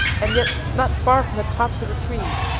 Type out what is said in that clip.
and yet not far from the tops of the trees.